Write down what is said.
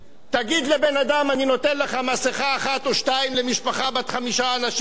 תגיד לבן-אדם: אני נותן לך מסכה אחת או שתיים למשפחה בת חמישה אנשים?